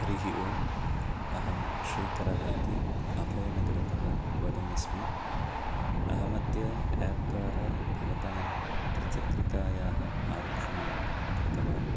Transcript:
हरिः ओम् अहं श्रीकरः इति अभयनगरतः वदन् अस्मि अहम् अद्य आप् द्वारा भवतां त्रिचक्रिकायाः आरक्षणं कृतवान्